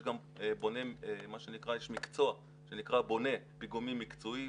יש גם איש מקצוע שנקרא בונה פיגומים מקצועי,